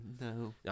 No